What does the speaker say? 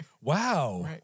Wow